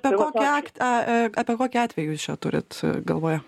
apie kokį ak a apie kokį atvejį jūs čia turit galvoje